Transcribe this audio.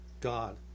god